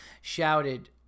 shouted